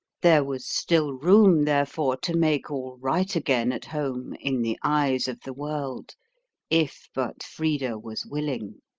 there was still room, therefore, to make all right again at home in the eyes of the world if but frida was willing.